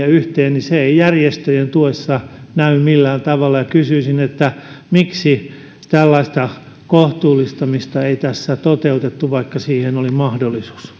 pilkku neljäänkymmeneenyhteen niin se ei järjestöjen tuessa näy millään tavalla kysyisin miksi tällaista kohtuullistamista ei tässä toteutettu vaikka siihen oli mahdollisuus